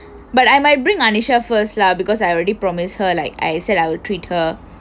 but I might bring anisha first lah because I already promise her like I said I would treat her